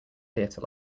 theater